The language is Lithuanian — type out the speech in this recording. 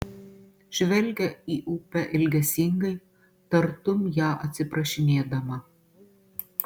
žvelgia į upę ilgesingai tartum ją atsiprašinėdama